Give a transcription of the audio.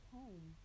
home